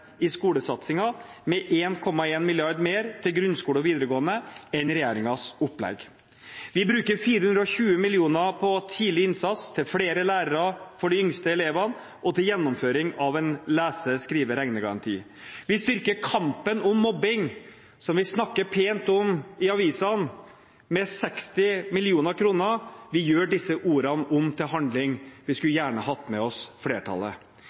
i skolesatsingen, med 1,1 mrd. kr mer til grunnskole og videregående enn regjeringens opplegg. Vi bruker 420 mill. kr på tidlig innsats, til flere lærere for de yngste elevene og til gjennomføring av en lese-, skrive- og regnegaranti. Vi styrker kampen mot mobbing, som vi snakker pent om i avisene, med 60 mill. kr. Vi gjør disse ordene om til handling. Vi skulle gjerne hatt med oss flertallet.